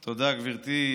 תודה, גברתי.